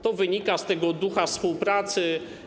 To wynika z tego ducha współpracy.